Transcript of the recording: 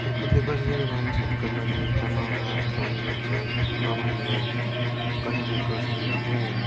खेलकुदले कसरी मानिहरूका लागि तनाउ राहत रमाइलो गर्न गर्न गर्छन् भने